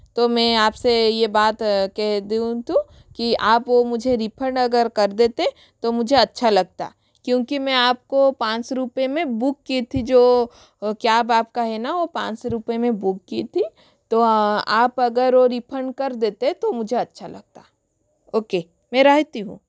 तो मैं आप से ये बात कह दूँ तो कि आप वो मुझे रिफंड अगर कर देते तो मुझे अच्छा लगता क्योंकि मैं आप को पाँच रुपये में बुक की थी जो कैब आप का है ना वो पाँच रुपये में बुक की थी तो आप अगर वो रिफंड कर देते तो मुझे अच्छा लगता ओके मैं रखती हूँ